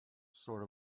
sort